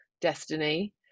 destiny